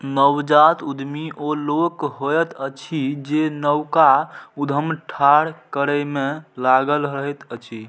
नवजात उद्यमी ओ लोक होइत अछि जे नवका उद्यम ठाढ़ करै मे लागल रहैत अछि